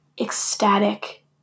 ecstatic